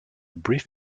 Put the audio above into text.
brief